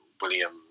William